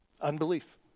Unbelief